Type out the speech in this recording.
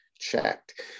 checked